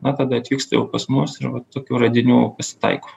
na tada atvyksta jau pas mus ir vat tokių radinių pasitaiko